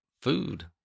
food